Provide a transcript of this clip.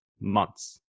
months